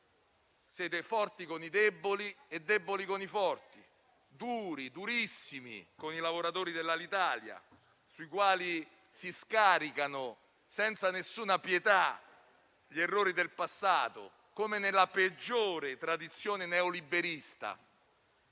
siete forti con i deboli e deboli con i forti; duri, durissimi con i lavoratori dell'Alitalia, sui quali si scaricano senza alcuna pietà gli errori del passato, come nella peggiore tradizione neoliberista;